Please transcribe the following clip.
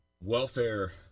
Welfare